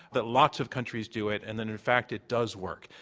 that lots of countries do it, and that, in fact, it does work.